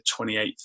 28th